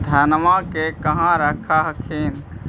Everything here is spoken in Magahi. धनमा के कहा रख हखिन?